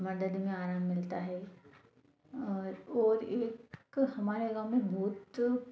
कमर दर्द में आराम मिलता है और और एक हमारे गाँव में बहुत